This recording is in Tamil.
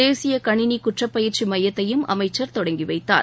தேசிய கணினி குற்றப் பயிற்சி மையத்தையும் அமைச்சர் தொடங்கி வைத்தார்